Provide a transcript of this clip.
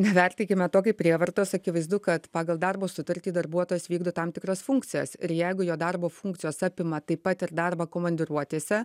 nevertykime to kaip prievartos akivaizdu kad pagal darbo sutartį darbuotojas vykdo tam tikras funkcijas ir jeigu jo darbo funkcijos apima taip pat ir darbą komandiruotėse